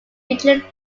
richard